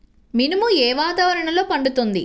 మినుము ఏ వాతావరణంలో పండుతుంది?